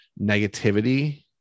negativity